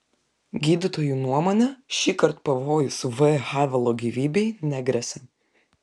gydytojų nuomone šįkart pavojus v havelo gyvybei negresia